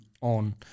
on